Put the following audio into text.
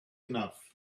enough